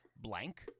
blank